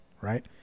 right